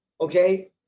okay